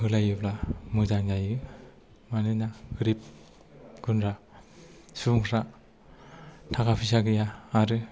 होलायोब्ला मोजां जायो मानोना गोरिब गुनद्रा सुबुंफ्रा थाखा फैसा गैया आरो